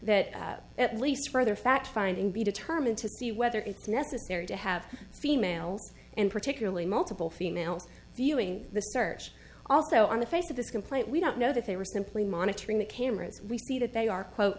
that at least further fact finding be determined to see whether it's necessary to have females and particularly multiple females viewing the search also on the face of this complaint we don't know that they were simply monitoring the cameras we see that they are quote